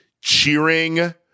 cheering